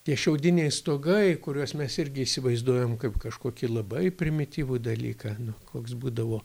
tie šiaudiniai stogai kuriuos mes irgi įsivaizduojam kaip kažkokį labai primityvų dalyką nu koks būdavo